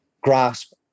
grasp